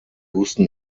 houston